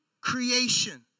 creation